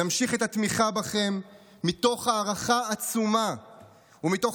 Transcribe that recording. נמשיך את התמיכה בכם מתוך הערכה עצומה ומתוך